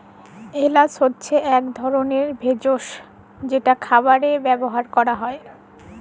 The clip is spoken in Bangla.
এল্যাচ হছে ইক ধরলের ভেসজ যেট খাবারে ব্যাভার ক্যরা হ্যয়